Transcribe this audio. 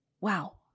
Wow